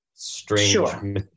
Strange